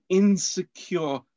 insecure